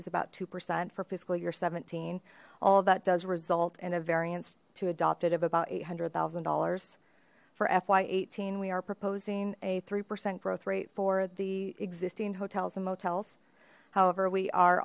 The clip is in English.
is about two percent for fiscal year seventeen all that does result in a variance to adopt it of about eight hundred thousand dollars for fy eighteen we are proposing a three percent growth rate for the existing hotels and motels however we are